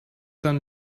dann